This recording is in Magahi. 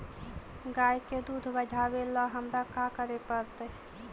गाय के दुध बढ़ावेला हमरा का करे पड़तई?